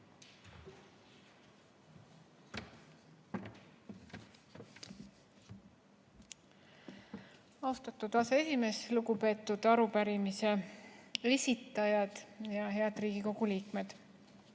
Austatud aseesimees! Lugupeetud arupärimise esitajad ja head Riigikogu liikmed!